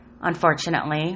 unfortunately